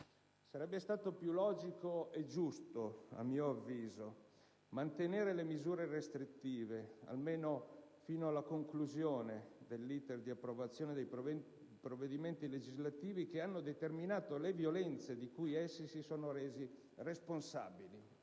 Sarebbe stato più logico e giusto, a mio avviso, mantenere le misure restrittive, almeno fino alla conclusione dell'*iter* di approvazione dei provvedimenti legislativi che hanno determinato le violenze di cui essi si sono resi responsabili,